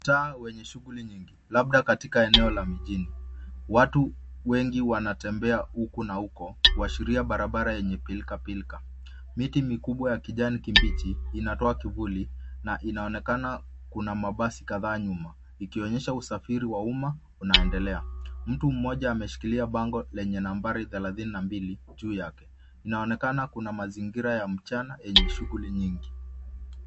Mtaa wenye shughuli nyingi labda katika eneo la mjini. Watu wengi wanatembea huku na huko kuashiria barabara yenye pilkapilka. Miti mikubwa ya kijani kibichi inatoa kivuli na inaonekana kuna mabasi kadhaa nyuma, ikionyesha usafiri wa uma unaendelea. Mtu mmoja ameshikilia bango lenye nambari thelathini na mbili juu yake. Inaonekana kuna mazingira ya mchana yenye shughuli nyingi.